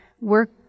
work